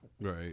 Right